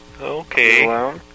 okay